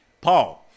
Paul